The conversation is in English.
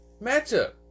matchup